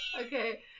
Okay